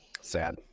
Sad